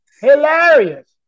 Hilarious